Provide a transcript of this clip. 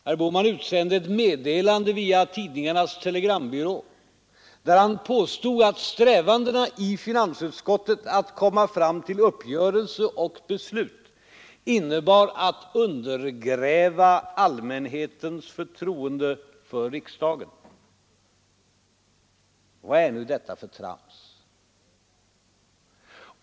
Herr Bohman utsände ett meddelande via TT där han påstod att strävanden i finansutskottet att komma fram till uppgörelse och beslut innebar att undergräva allmänhetens förtroende för riksdagen. Vad är nu detta för trams?